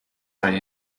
are